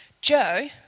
Joe